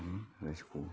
रायजोखौ